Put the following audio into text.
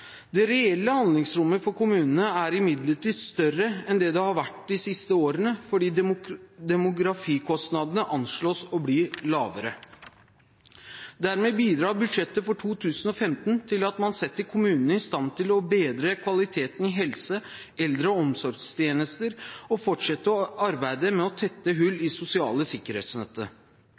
Det reelle handlingsrommet for kommunene er imidlertid større enn det det har vært de siste årene, fordi demografikostnadene anslås å bli lavere. Dermed bidrar budsjettet for 2015 til at man setter kommunene i stand til å bedre kvaliteten på helse-, eldre- og omsorgstjenester og fortsette arbeidet med å tette hull i det sosiale